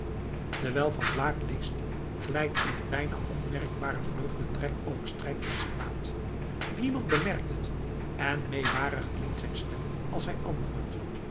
terwijl van baak leest glijdt een bijna onmerkbare vreugdetrek over strijkmans gelaat niemand bemerkt het en meewarig klinkt zijn stem als hij antwoordt